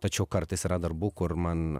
tačiau kartais yra darbų kur man